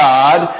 God